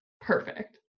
perfect